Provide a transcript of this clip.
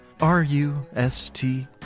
R-U-S-T